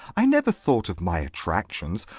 i never thought of my attractions.